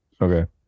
Okay